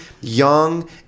young